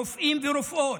רופאים ורופאות,